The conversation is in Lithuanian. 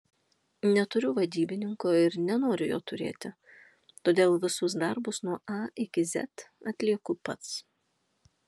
neturiu vadybininko ir nenoriu jo turėti todėl visus darbus nuo a iki z atlieku pats